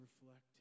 reflect